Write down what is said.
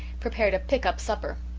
prepared a pick up supper.